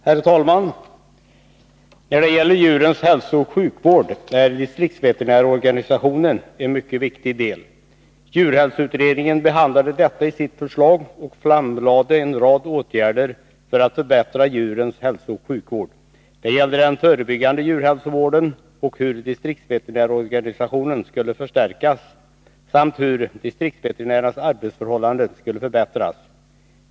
Herr talman! När det gäller djurens hälsooch sjukvård är distriktsveterinärorganisationen en mycket viktig del. Djurhälsoutredningen behandlade detta och redovisade i sitt förslag en rad åtgärder för att förbättra djurens hälsooch sjukvård. Det gällde den förebyggande djurhälsovården och hur distriktsveterinärorganisationen skulle förstärkas samt hur distriktsveterinärernas arbetsförhållanden skulle förbättras.